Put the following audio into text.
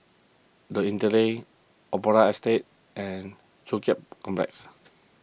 the Interlace Opera Estate and Joo Chiat Complex